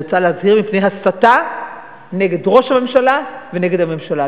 אני רוצה להזהיר מפני הסתה נגד ראש הממשלה ונגד הממשלה.